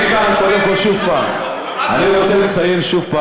קודם כול, שוב, אני רוצה לציין שוב,